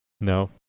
No